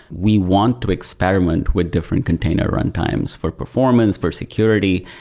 we want to experiment with different container runtimes for performance, for security,